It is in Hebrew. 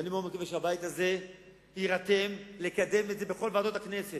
ואני מאוד מקווה שהבית הזה יירתם לקדם את זה בכל ועדות הכנסת,